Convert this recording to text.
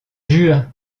jure